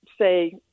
say